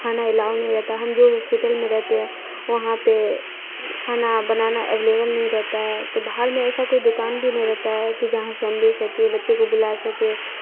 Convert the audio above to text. کھانا الاؤ نہیں رہتا ہم جو ہاسپیٹل میں رہتے ہیں وہاں پہ کھانا بنانا اویلیبل نہیں رہتا ہے تو باہر میں ایسا کوئی دوکان بھی نہیں رہتا ہے کہ جہاں سے ہم لے سکیں بچے کو بلا سکے